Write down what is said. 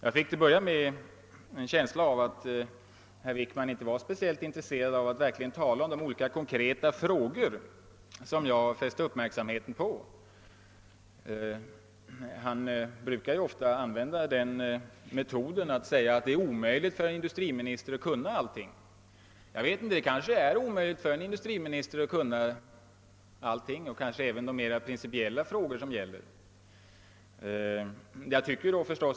Jag fick till att börja med en känsla av att herr Wickman inte var särskilt intresserad av att tala om de konkreta frågor som jag fäst uppmärksamheten på. Statsrådet brukar ofta använda den metoden att han säger att det är omöjligt för en industriminister att kunna allting. Ja, det kanske är omöjligt för en industriminister att kunna allting, således även de mera principiella frågor debatten gäller.